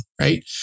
Right